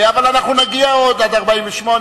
אבל אנחנו נגיע עוד עד 1948,